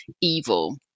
evil